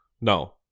no